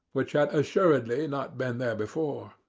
which had assuredly not been there before.